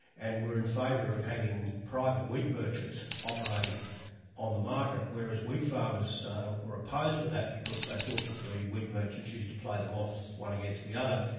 and were in favour of having private wheat merchants operating on the market, whereas wheatfarmers so were opposed to that because they thought that the wheat merchants used to play them off, one against the other,